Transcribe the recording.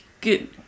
good